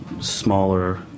smaller